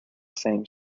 same